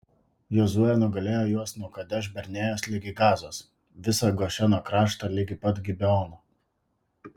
jozuė nugalėjo juos nuo kadeš barnėjos ligi gazos visą gošeno kraštą ligi pat gibeono